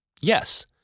Yes